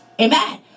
Amen